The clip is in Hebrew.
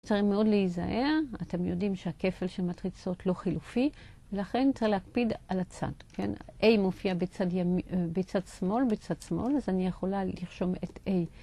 צריך מאוד להיזהר. אתם יודעים שהכפל של מטריצות לא חילופי, לכן צריך להקפיד על הצד, כן? A מופיע בצד ימי... בצד שמאל, בצד שמאל, אז אני יכולה לרשום את A.